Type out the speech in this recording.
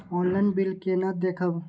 Online bill केना देखब?